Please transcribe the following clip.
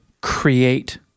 create